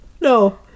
No